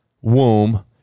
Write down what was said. womb